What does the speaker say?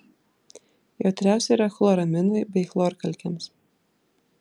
jautriausia yra chloraminui bei chlorkalkėms